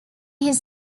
his